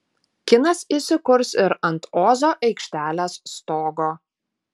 kinas įsikurs ir ant ozo aikštelės stogo